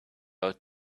out